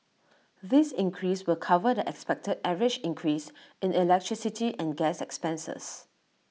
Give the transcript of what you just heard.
this increase will cover the expected average increase in electricity and gas expenses